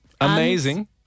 amazing